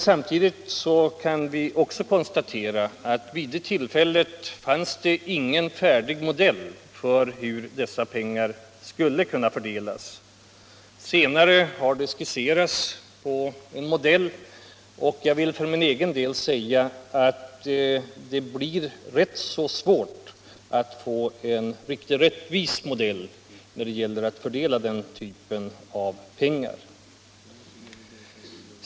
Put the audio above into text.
Vi kan konstatera att det vid det tillfället inte fanns någon färdig modell för hur dessa pengar skulle fördelas, men senare har en sådan skisserats internt inom Landstingsförbundet. Jag vill för min del säga att det blir rätt svårt att få en riktigt rättvis modell när det gäller att fördela den här typen av pengar.